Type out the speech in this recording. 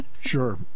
Sure